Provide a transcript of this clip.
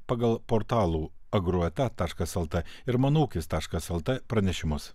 pagal portalų agroeta taškas lt ir mano ūkis taškas lt pranešimus